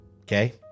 Okay